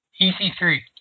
EC3